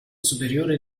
superiore